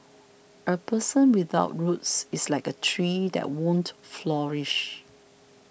a person without roots is like a tree that won't flourish